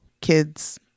kids